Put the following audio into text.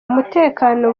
umutekano